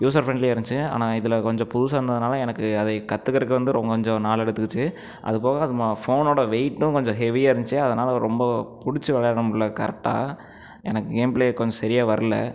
user ஃபிரண்ட்லியாக இருந்துச்சு ஆனால் இதில் கொஞ்சம் புதுசாக இருந்ததினால எனக்கு அதை கற்றுக்கிறதுக்கு எனக்கு கொஞ்சம் நாள் எடுத்துக்கிச்சு அது போக அந்த ஃபோனோடய வெயிட்டும் கொஞ்சம் ஹெவியாக இருந்துச்சு அதனால் ரொம்ப பிடிச்சி விளையாட முடியலை கரெக்ட்டாக எனக்கு கேம் பிளே கொஞ்சம் சரியா வரலை